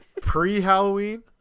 Pre-Halloween